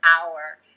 hour